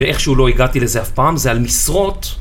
ואיכשהו לא הגעתי לזה אף פעם, זה על משרות...